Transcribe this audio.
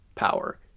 power